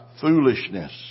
foolishness